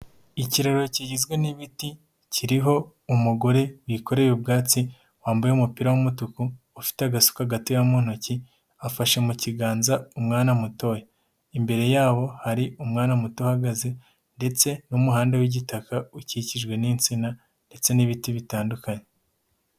Ikiraro kigizwe n'ibiti kiriho umugore wikorewe ubwatsi wambaye umupira w'umutuku ufite agasuka gatera mu ntoki, afashe mu kiganza umwana mutoya imbere yaho hari umwana muto uhagaze ndetse n'umuhanda w'igitaka ukikijwe n'insina ndetse n'ibiti bitandukanye.